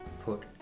put